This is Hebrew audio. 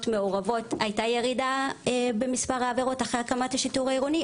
מעורבות הייתה ירידה במספר העבירות אחרי הקמת השיטור העירוני,